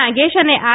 નાગેશ અને આર